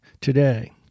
today